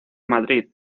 madrid